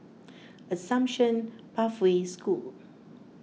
Assumption Pathway School